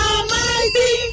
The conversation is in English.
Almighty